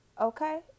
Okay